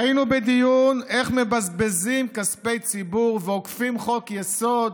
והיינו בדיון איך מבזבזים כספי ציבור ועוקפים חוק-יסוד